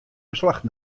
beslach